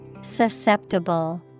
Susceptible